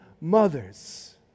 mothers